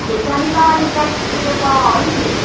खोर्सानी त अनि चालिस रुपियाँ पवा हो नि फेरि